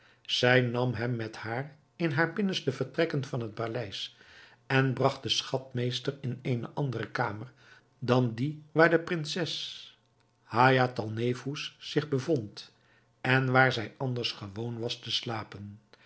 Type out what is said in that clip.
zij nam hem met zich naar de binnenste vertrekken van het paleis en bragt den schatmeester in eene andere kamer dan die waar de prinses haïatalnefous zich bevond en waar zij anders gewoon was te slapen